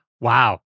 Wow